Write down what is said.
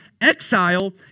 exile